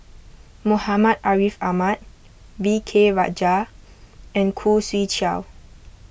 Muhammad Ariff Ahmad V K Rajah and Khoo Swee Chiow